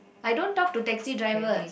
I don't talk to taxi drivers